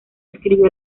escribió